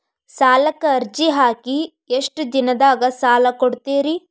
ಸಾಲಕ ಅರ್ಜಿ ಹಾಕಿ ಎಷ್ಟು ದಿನದಾಗ ಸಾಲ ಕೊಡ್ತೇರಿ?